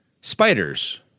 spiders